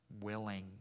willing